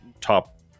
top